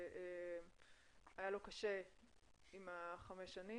לא יאוחר מ-1 בינואר מדי שנה,